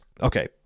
Okay